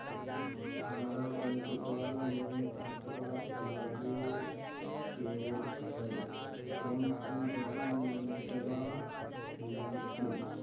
हमरा बैंकवा मे खाता खोलाबे के हई कौन कौन डॉक्यूमेंटवा लगती?